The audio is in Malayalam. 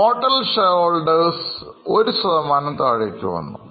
Total share holders ഒരു ശതമാനം താഴോട്ട് വന്നു